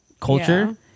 culture